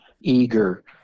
eager